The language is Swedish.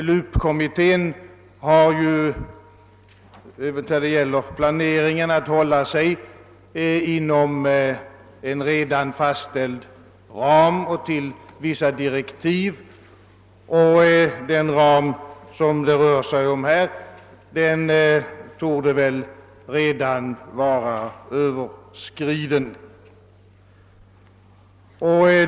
LUP-kommittén har ju när det gäller planeringen att hålla sig inom en redan fastställd ram och till vissa direktiv, och den ram det här rör sig om torde redan vara överskriden.